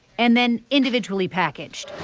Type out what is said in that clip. and then individually packaged.